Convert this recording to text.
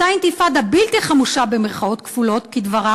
אותה אינתיפאדה בלתי חמושה, כדבריו,